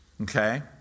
Okay